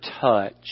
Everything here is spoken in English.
touch